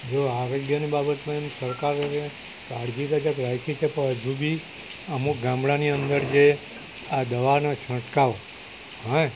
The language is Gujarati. જો આરોગ્યની બાબતમાં એમ સરકારોએ કાળજી કેકે રાખી છે પણ હજુ બી અમુક ગામડાની અંદર જે આ દવાના છંટકાવ છે